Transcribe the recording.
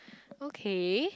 okay